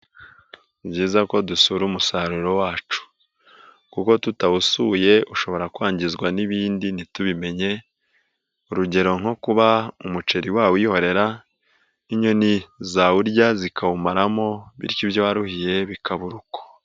nN byiza ko dusura umusaruro wacu kuko tutawusuye ushobora kwangizwa n'ibindi ntitubimenye, urugero nko kuba umuceri wawihorera inyoni zawurya zikawumaramo bityo ibyo waruhiye bikabura uko.